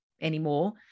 anymore